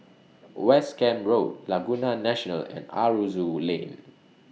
West Camp Road Laguna National and Aroozoo Lane